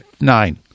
nine